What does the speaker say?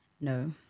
No